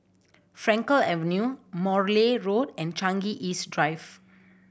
Frankel Avenue Morley Road and Changi East Drive